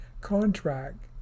contract